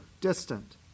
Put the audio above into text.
distant